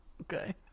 Okay